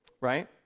right